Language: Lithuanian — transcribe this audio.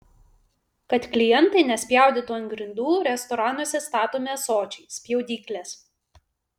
kad klientai nespjaudytų ant grindų restoranuose statomi ąsočiai spjaudyklės